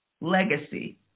Legacy